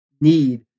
need